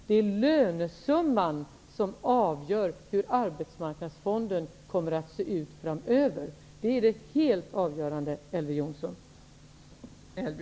Det är lönesumman som avgör hur arbetsmarknadsfonden kommer att se ut framöver. Det är det helt avgörande, Elver